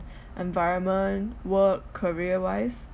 environment work career wise